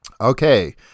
okay